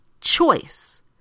choice